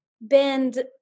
bend